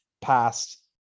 past